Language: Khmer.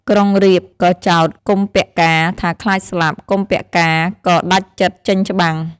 ក្រុងរាពណ៍ក៏ចោទ កុម្ពកាណ៍ថាខ្លាចស្លាប់ កុម្ពកាណ៍ក៏ដាច់ចិត្តចេញច្បាំង។